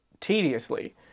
tediously